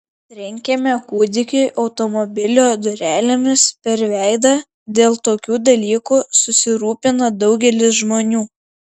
trenkėme kūdikiui automobilio durelėmis per veidą dėl tokių dalykų susirūpina daugelis žmonių